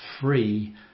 free